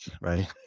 right